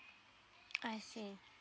I see